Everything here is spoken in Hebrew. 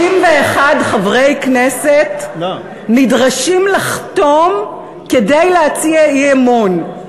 61 חברי כנסת נדרשים לחתום כדי להציע אי-אמון,